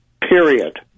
period